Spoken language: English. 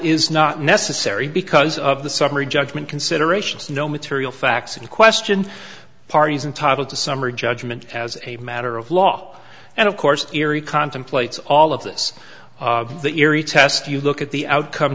is not necessary because of the summary judgment considerations no material facts in question parties and toddled to summary judgment as a matter of law and of course erie contemplates all of this that eerie test you look at the outcome